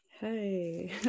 Hey